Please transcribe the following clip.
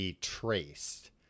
traced